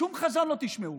שום חזון לא תשמעו.